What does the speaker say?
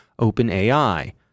OpenAI